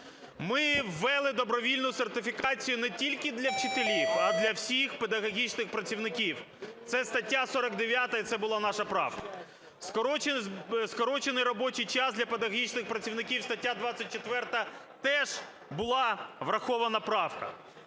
Ми ввели добровільну сертифікацію не тільки для вчителів, а для всіх педагогічних працівників. Це стаття 49, і це була наша правка. Скорочений робочий час для педагогічних працівників – стаття 24, теж була врахована правка.